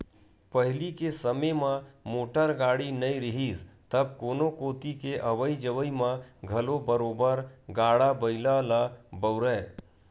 पहिली के समे म मोटर गाड़ी नइ रिहिस तब कोनो कोती के अवई जवई म घलो बरोबर गाड़ा बइला ल बउरय